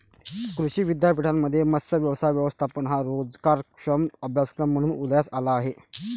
कृषी विद्यापीठांमध्ये मत्स्य व्यवसाय व्यवस्थापन हा रोजगारक्षम अभ्यासक्रम म्हणून उदयास आला आहे